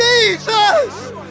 Jesus